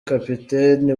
kapiteni